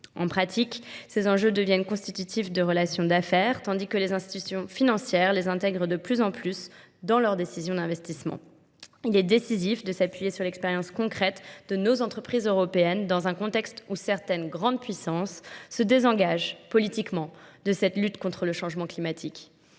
En pratique, ces enjeux deviennent constitutifs de relations d'affaires tandis que les institutions financières les intègrent de plus en plus dans leurs décisions d'investissement. Il est décisif de s'appuyer sur l'expérience concrète de nos entreprises européennes dans un contexte où certaines grandes puissances se désengagent politiquement de cette lutte contre le changement climatique.